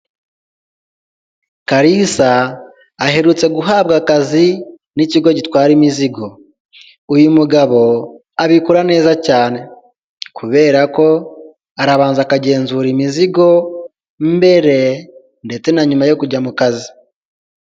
Kalisa aherutse guhabwa akazi n'ikigo gitwara imizigo uyu mugabo abikora neza cyane kuberako arabanza akagenzura imizigo mbere ndetse na nyuma yo kujya mu kazi.